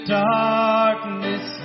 darkness